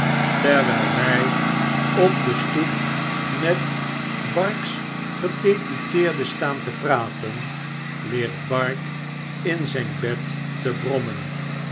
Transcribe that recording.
terwyl wy op de stoep met bark's gedeputeerde staan te praten ligt bark hi zyn bed te brommen